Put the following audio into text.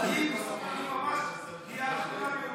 לכן היא, האחרונה ביותר.